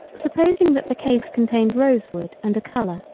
supposing that the case contained rose-wood and a color